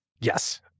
Yes